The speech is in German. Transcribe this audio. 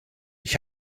ich